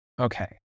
Okay